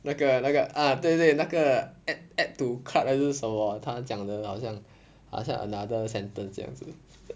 那个那个 ah 对对那个 add add to cart 还是什么 ah 他讲的好像好像 another sentence 这样子